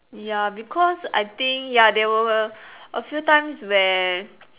ya because I think ya there were a a few times where